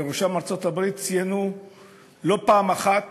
ובראשם בארצות-הברית, ציינו לא פעם אחת